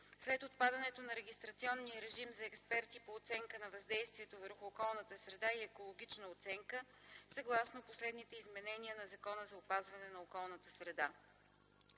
след отпадането на регистрационния режим за експертите по оценка на въздействието върху околната среда и екологична оценка, съгласно последните изменения на Закона за опазване на околната среда.